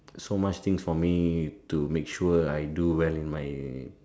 so much thing for me to make sure I do well in my